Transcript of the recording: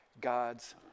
God's